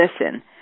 listen